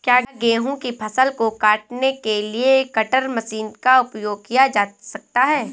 क्या गेहूँ की फसल को काटने के लिए कटर मशीन का उपयोग किया जा सकता है?